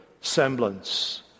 semblance